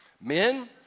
Men